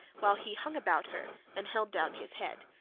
while he hung about her and held down his head,